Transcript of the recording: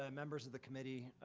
ah members of the committee.